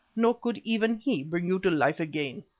nor could even he bring you to life again.